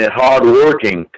hardworking